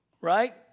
right